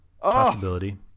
Possibility